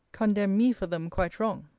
condemn me for them quite wrong.